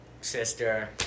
sister